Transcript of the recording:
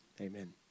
amen